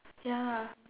ya